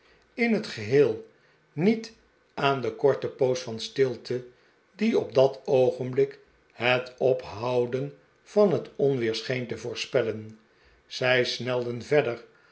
in het geheel niet aan de korte poos van stilte die op dat oogenblik het ophouden van het onweer scheen te voorspellen zij snelden verder